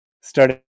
starting